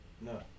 No